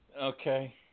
Okay